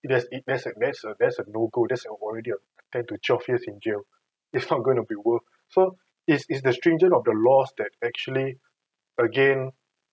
it has a thats a that's a that's a no go that's already a ten to twelve years in jail is not going to be worth so is is the stringent of the laws that actually again